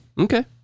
Okay